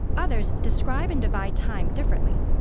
others describe and divide time differently.